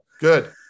good